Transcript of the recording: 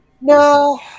no